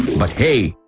but hey,